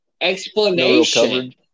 explanation